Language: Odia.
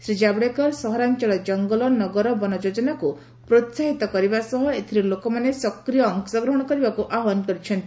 ଶ୍ରୀ ଜାଭେଡକର ସହରାଞଳ ଜଙ୍ଗଲ ନଗର ବନ ଯୋଜନାକୁ ପ୍ରୋହାହିତ କରିବା ସହ ଏଥିରେ ଲୋକମାନେ ସକ୍ରିୟ ଅଂଶଗ୍ରହଣ କରିବାକୁ ଆହ୍ୱାନ କରିଛନ୍ତି